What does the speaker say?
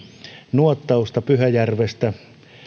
nuottausta pyhäjärvestä